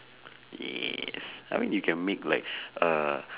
yes I mean you can make like uh